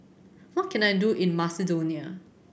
what can I do in Macedonia